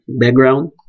background